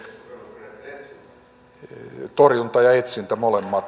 torjunta ja etsintä molemmat